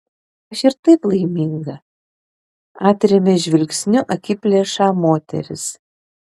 aš ir taip laiminga atrėmė žvilgsniu akiplėšą moteris